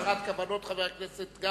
זאת הצהרת כוונות, חבר הכנסת גפני,